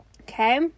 Okay